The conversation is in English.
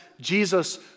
Jesus